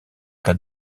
cas